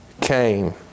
came